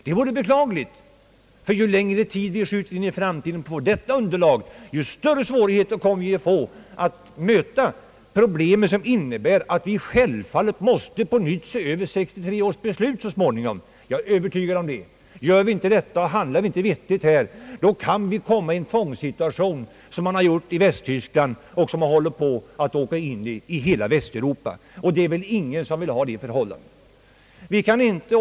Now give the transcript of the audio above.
Det vore beklagligt, ty ju längre in i framtiden vi skjuter på att skaffa detta underlag, ju större svårigheter kommer vi att få med att möta problemen. Jag är övertygad om att vi så småningom måste se över 1963 års beslut. Handlar vi inte vettigt här, kan vi komma i en sådan tvångssituation som Västtyskland och som man håller på att komma in i i hela Västeuropa. Det är väl ingen som önskar en sådan utveckling.